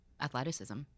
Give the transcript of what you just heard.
athleticism